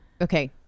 okay